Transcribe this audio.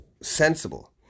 sensible